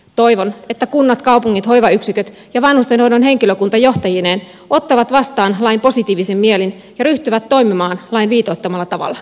toivon että kunnat kaupungit hoivayksiköt ja vanhustenhoidon henkilökunta johtajineen ottavat vastaan lain positiivisin mielin ja ryhtyvät toimimaan lain viitoittamalla tavalla